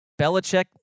Belichick